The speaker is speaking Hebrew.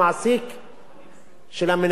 של המנהל, ולהגיד לו: אדוני,